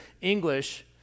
English